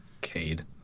Cade